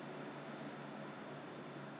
plus maybe some discounts lah probably right